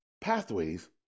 pathways